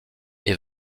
est